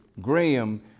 Graham